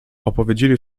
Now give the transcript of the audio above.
opowiedzieli